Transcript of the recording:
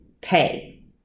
pay